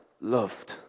loved